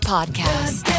Podcast